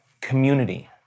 community